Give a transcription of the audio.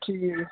ਠੀਕ ਹੈ ਜੀ